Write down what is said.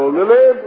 Lily